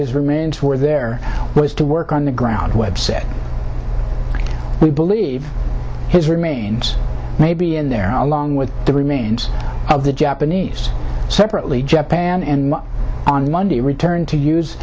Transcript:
his remains were there was to work on the ground webb said we believe his remains may be in there all along with the remains of the japanese separately japan and on monday returned to use